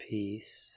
Peace